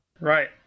Right